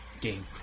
game